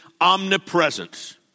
omnipresent